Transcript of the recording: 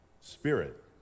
Spirit